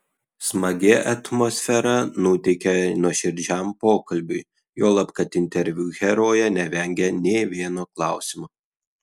smagi atmosfera nuteikė nuoširdžiam pokalbiui juolab kad interviu herojė nevengė nė vieno klausimo